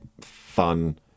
fun